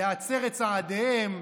להצר את צעדיהם,